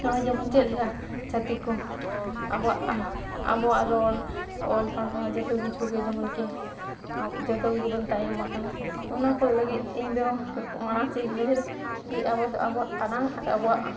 ᱱᱚᱜᱼᱚᱭ ᱡᱮᱢᱚᱱ ᱪᱮᱫ ᱞᱮᱠᱟ ᱪᱷᱟᱹᱛᱤᱠ ᱠᱚ ᱟᱵᱚᱣᱟᱜ ᱟᱵᱚᱣᱟᱜ ᱨᱚᱲ ᱚᱞ ᱯᱟᱲᱦᱟᱣ ᱡᱚᱛᱚ ᱠᱤᱪᱷᱩᱜᱮ ᱡᱮᱢᱚᱱ ᱠᱤ ᱡᱚᱛᱚ ᱜᱮᱵᱚᱱ ᱛᱟᱭᱚᱢ ᱟᱠᱟᱱᱟ ᱚᱱᱟᱠᱚ ᱞᱟᱹᱜᱤᱫ ᱤᱧᱫᱚ ᱢᱟᱲᱟᱝ ᱥᱮᱫ ᱤᱧ ᱩᱭᱦᱟᱹᱨᱟ ᱠᱤ ᱟᱵᱚᱫᱚ ᱟᱵᱚᱣᱟᱜ ᱟᱲᱟᱝ ᱟᱨ ᱟᱵᱚᱣᱟᱜ